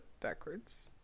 backwards